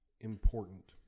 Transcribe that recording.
important